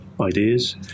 ideas